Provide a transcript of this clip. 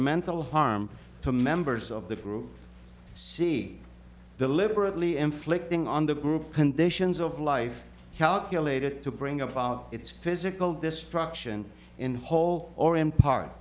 mental harm to members of the group c deliberately inflicting on the group conditions of life calculated to bring about its physical destruction in whole or in part